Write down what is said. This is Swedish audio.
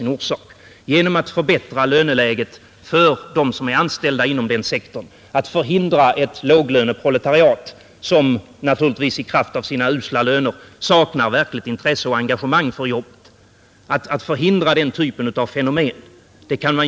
I stället för att lägga ut pengar på onödiga byråkratiska utväxter bör man förbättra läget för de anställda inom denna sektor och förhindra att ett låglöneproletariat uppstår som naturligtvis på grund av sina usla löner saknar verkligt intresse och engagemang för jobbet.